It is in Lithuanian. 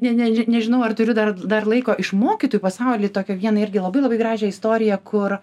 ne ne nežinau ar turiu dar dar laiko iš mokytojų pasauly tokią vieną irgi labai labai gražią istoriją kur